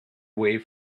wave